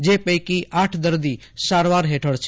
જે પૈકી આઠ દર્દી સારવાર હેઠળ છે